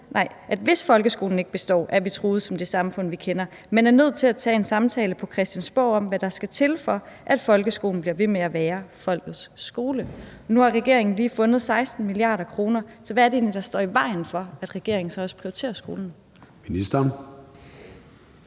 hvis folkeskolen ikke består, er vi truet som det samfund, vi kender. Man er nødt til at tage en samtale på Christiansborg om, hvad der skal til, for at folkeskolen bliver ved med at være folkets skole.« Nu har regeringen lige fundet 16 mia. kr., så hvad er det egentlig, der står i vejen for, at regeringen så også prioriterer skolen? Kl.